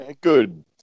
Good